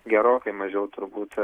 gerokai mažiau turbūt